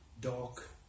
dark